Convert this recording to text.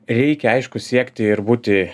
reikia aišku siekti ir būti